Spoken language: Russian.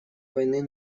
войны